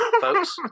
folks